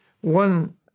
one